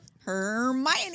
Hermione